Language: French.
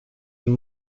mono